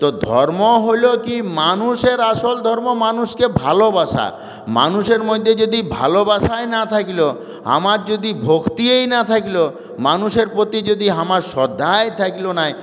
তো ধর্ম হল কী মানুষের আসল ধর্ম মানুষকে ভালোবাসা মানুষের মধ্যে যদি ভালোবাসাই না থাকল আমার যদি ভক্তিই না থাকল মানুষের প্রতি যদি আমার শ্রদ্ধাই থাকল না